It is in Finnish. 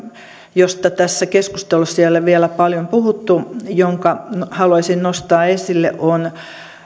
josta tässä keskustelussa ei ole vielä paljon puhuttu ja jonka haluaisin nostaa esille on